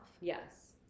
Yes